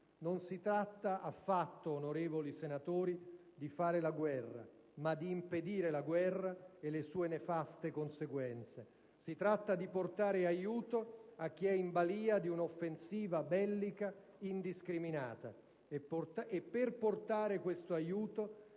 Non si tratta affatto, onorevoli senatori, di fare la guerra, ma di impedire la guerra e le sue nefaste conseguenze. Si tratta di portare aiuto a chi è in balia di un'offensiva bellica indiscriminata. E, per portare questo aiuto,